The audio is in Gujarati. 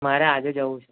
મારે આજે જવું છે